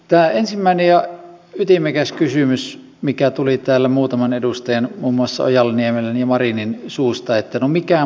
tämä ensimmäinen ja ytimekäs kysymys mikä tuli täällä muutaman edustajan muun muassa ojala niemelän ja marinin suusta että no mikä muutti mielen